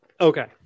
Okay